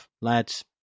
lads